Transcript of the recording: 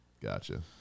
Gotcha